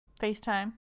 FaceTime